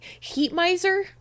Heatmiser